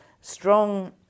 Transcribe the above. strong